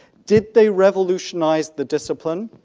did they revolutionized the discipline?